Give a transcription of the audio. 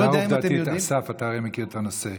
שאלה עובדתית, אסף, אתה הרי מכיר את הנושא.